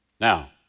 Now